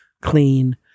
clean